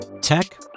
Tech